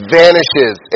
vanishes